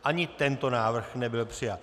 Ani tento návrh nebyl přijat.